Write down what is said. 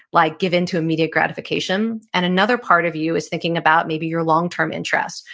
like give into immediate gratification, and another part of you is thinking about maybe your long-term interests,